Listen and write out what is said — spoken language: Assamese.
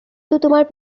তোমাৰ